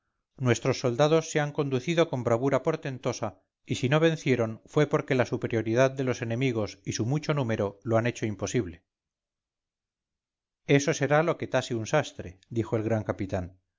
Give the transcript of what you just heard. nuestros soldados se han conducido con bravura portentosa y si no vencieron fue porque la superioridad de los enemigos y su mucho número lo han hecho imposible eso será lo que tase un sastre dijo el gran capitán